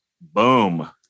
Boom